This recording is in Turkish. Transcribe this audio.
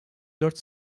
dört